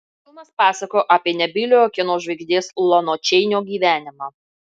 filmas pasakojo apie nebyliojo kino žvaigždės lono čeinio gyvenimą